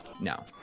No